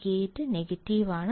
gate negative ആണ്